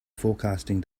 forecasting